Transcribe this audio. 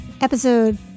episode